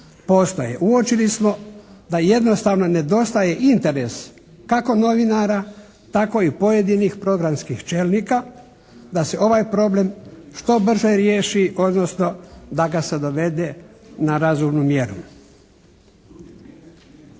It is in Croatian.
uočili smo da jednostavno nedostaje interes kako novinara tako i pojedinih programskih čelnika da se ovaj problem što brže riješi odnosno da ga se dovede na razumnu mjeru.